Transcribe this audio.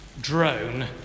drone